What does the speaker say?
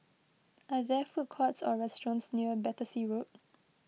are there food courts or restaurants near Battersea Road